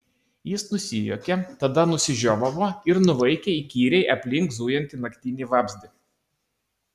jis nusijuokė tada nusižiovavo ir nuvaikė įkyriai aplink zujantį naktinį vabzdį